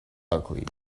ugly